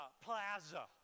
plaza